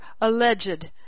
alleged